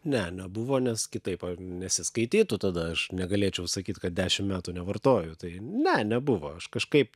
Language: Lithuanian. ne nebuvo nes kitaip a nesiskaitytų tada aš negalėčiau sakyt kad dešim metų nevartoju tai ne nebuvo aš kažkaip